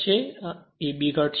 Eb ઘટશે